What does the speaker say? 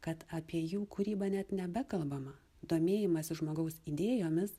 kad apie jų kūrybą net nebekalbama domėjimasis žmogaus idėjomis